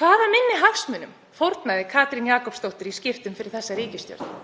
Hvaða minni hagsmunum fórnaði Katrín Jakobsdóttir í skiptum fyrir þessa ríkisstjórn?